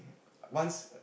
once